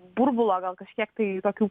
burbulo gal kažkiek tai tokių